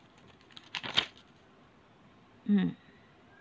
mm